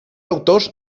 autors